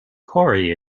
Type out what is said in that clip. corry